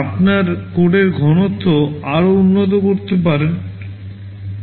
আপনার কোডের ঘনত্ব আরও উন্নত করতে পারে